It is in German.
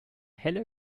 helle